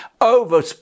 over